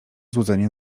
złudzenie